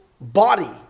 body